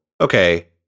okay